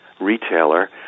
retailer